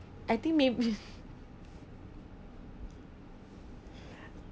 I think may~